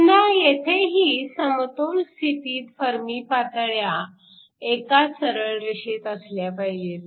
पुन्हा येथेही समतोल स्थितीत फर्मी पातळ्या एका सरळ रेषेत असल्या पाहिजेत